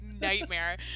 nightmare